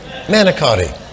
Manicotti